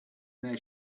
their